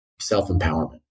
self-empowerment